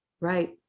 Right